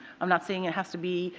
i'm not saying it has to be,